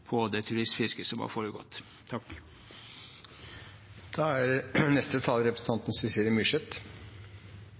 på det turistfisket som har foregått. Det er